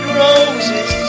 roses